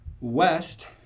west